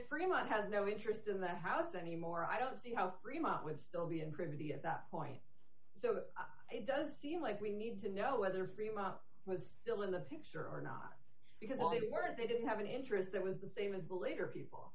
remote has no interest in the house anymore i don't see how fremont would still be in pretty at that point so it does seem like we need to know whether freema was still in the picture or not because earlier they didn't have an interest that was the same as bill later people